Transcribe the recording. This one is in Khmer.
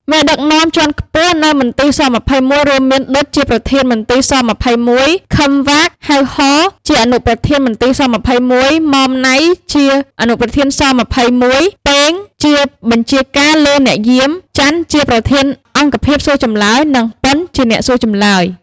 មេដឹកនាំជាន់ខ្ពស់នៅមន្ទីរ ស-២១ រួមមាន ឌុច ជាប្រធានមន្ទីរស-២១, ឃឹម វ៉ាក ហៅ ហ៊ ជាអនុប្រធានមន្ទីរ ស-២១, ម៉ម ណៃ ជាអនុប្រធានមន្ទីរស-២១, ប៉េង ជាបញ្ជាការលើអ្នកយាម, ចាន់ ជាប្រធានអង្គភាពសួរចម្លើយ និង ប៉ុន ជាអ្នកសួរចម្លើយ។